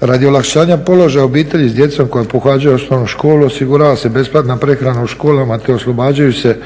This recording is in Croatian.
Radi olakšanja položaja obitelji s djecom koja pohađaju osnovu školu osigurava se besplatna prehrana u školama te oslobađaju se